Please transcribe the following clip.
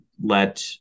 let